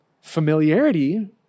familiarity